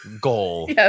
goal